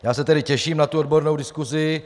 Já se tedy těším na odbornou diskusi.